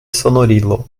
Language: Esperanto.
sonorilo